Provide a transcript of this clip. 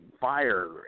fire